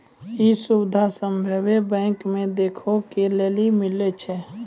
इ सुविधा सभ्भे बैंको मे देखै के लेली मिलै छे